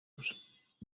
los